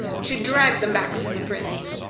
she dragged them back from the prince.